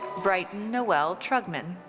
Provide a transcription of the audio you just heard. brighton noelle trugman.